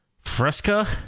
Fresca